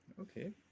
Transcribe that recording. okay